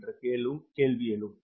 என்ற கேள்வி எழும்